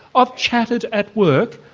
i've chatted at work,